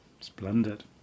Splendid